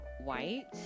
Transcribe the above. white